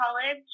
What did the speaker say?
college